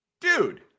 Dude